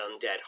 undead